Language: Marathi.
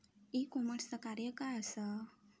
ई कॉमर्सचा कार्य काय असा?